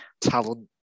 talent